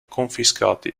confiscati